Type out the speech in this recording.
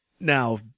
Now